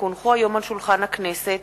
כי הונחו היום על שולחן הכנסת,